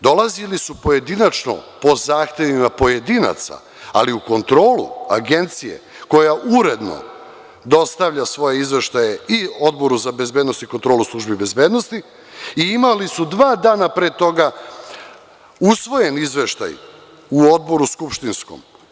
Dolazili su pojedinačno po zahtevima pojedinaca, ali u kontrolu Agencije koja uredno dostavlja svoje izveštaje i Odboru za bezbednosti i kontrolu službi bezbednosti i imali su dva dana pre toga usvojen izveštaj u odboru skupštinskom.